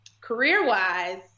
career-wise